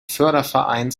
förderverein